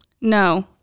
No